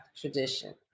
tradition